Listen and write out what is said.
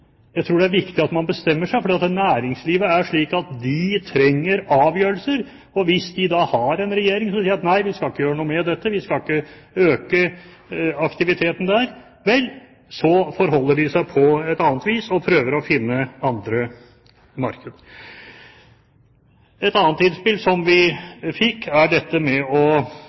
Jeg tror faktisk, selv om avgjørelsen blir negativ, det er viktig at man bestemmer seg, for næringslivet er slik at de trenger avgjørelser. Hvis man har en regjering som sier at nei, vi skal ikke gjøre noe med dette, vi skal ikke øke aktiviteten der, forholder de seg til det og prøver å finne andre markeder. Et annet innspill som vi fikk, er å